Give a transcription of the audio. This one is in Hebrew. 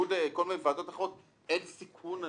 בניגוד לכל מיני ועדות אחרות, אין סיכון.